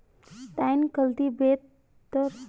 Tine cultivator कवने काम आवेला आउर इ कैसे मिली?